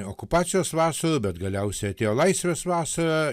okupacijos vasara bet galiausiai atėjo laisvės vasara